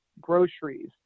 groceries